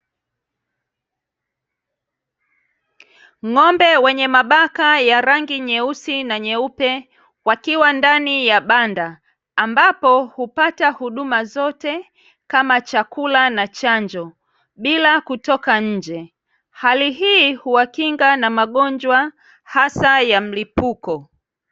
Ng'ombe wenye mabaka ya rangi nyeusi na nyeupe wakiwa ndani ya banda, ambapo hupata huduma zote kama chakula na chanjo bila kutoka nje. Hali hii huwakinga na magonjwa, hasa ya mlipuko.